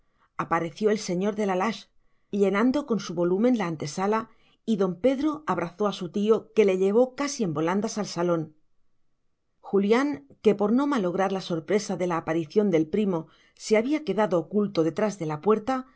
apareció el señor de la lage llenando con su volumen la antesala y don pedro abrazó a su tío que le llevó casi en volandas al salón julián que por no malograr la sorpresa de la aparición del primo se había quedado oculto detrás de la puerta